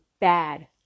bad